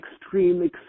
extreme